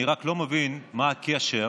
אני רק לא מבין מה הקשר